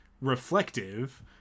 reflective